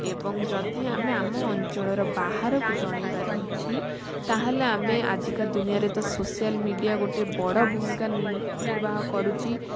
ଏବଂ ଯଦି ଆମେ ଆମ ଅଞ୍ଚଳର ବାହାରକୁ ଜଣେଇବାର ଅଛି ତା'ହେଲେ ଆମେ ଆଜିକା ଦୁନିଆରେ ତ ସୋସିଆଲ ମିଡ଼ିଆ ଗୋଟେ ବଡ଼ ଭୂମିକା ନି ନିର୍ବାହ କରୁଛି